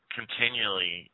Continually